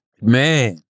Man